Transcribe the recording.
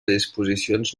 disposicions